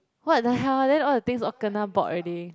what the hell then all the things all kena bought already